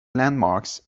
landmarks